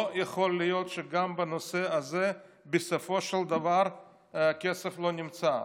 לא יכול להיות שגם בנושא הזה בסופו של דבר הכסף לא נמצא.